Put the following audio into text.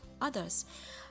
others